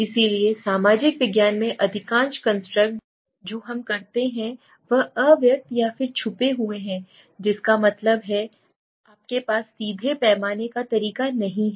इसलिए सामाजिक विज्ञान में अधिकांश कंस्ट्रक्ट जो हम करते हैं वह अव्यक्त या फिर छुपे हुए हैं जिसका मतलब है कि आपके पास सीधे मापने का तरीका नहीं है